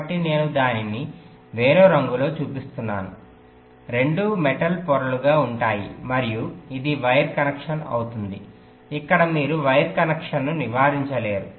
కాబట్టి నేను దానిని వేరే రంగులో చూపిస్తున్నాను రెండూ మెటల్ పొరలుగా ఉంటాయి మరియు ఇది వైర్ కనెక్షన్ అవుతుంది ఇక్కడ మీరు వైర్ కనెక్షన్లను నివారించలేరు